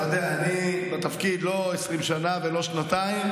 אתה יודע, אני בתפקיד לא 20 שנה ולא שנתיים.